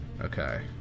okay